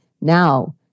Now